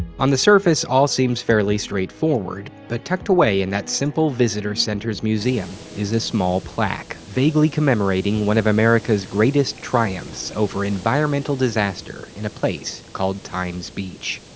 on the surface, all seems fairly straightforward, but tucked away in that simple visitor center's museum is a small plaque vaguely commemorating one of america's greatest triumphs over environmental disaster in a place called times beach.